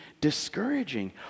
discouraging